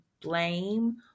blame